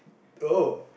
oh